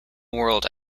world